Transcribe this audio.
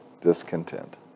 discontent